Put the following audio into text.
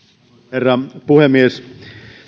herra puhemies